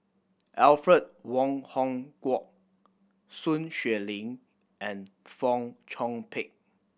Alfred Wong Hong Kwok Sun Xueling and Fong Chong Pik